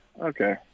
Okay